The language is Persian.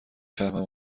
فهمم